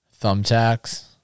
thumbtacks